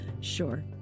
Sure